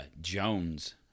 Jones